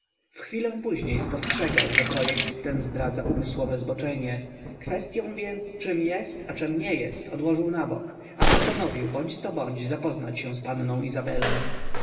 w chwilę później spostrzegał że projekt ten zdradza umysłowe zboczenie kwestyą więc czem jest a czem nie jest odłożył na bok a postanowił bądź co bądź zapoznać się z panną izabelą